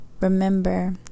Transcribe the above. Remember